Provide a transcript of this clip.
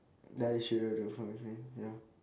then I shouldn't though complain ya